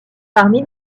parmi